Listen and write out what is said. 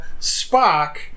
Spock